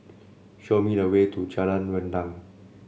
show me the way to Jalan Rendang